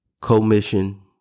commission